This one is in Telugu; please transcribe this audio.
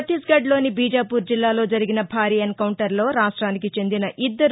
భత్తీస్గఢ్లోని బీజాపూర్ జిల్లాలో జరిగిన భారీ ఎన్కౌంటర్లో రాష్టానికి చెందిన ఇద్దరు